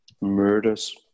Murders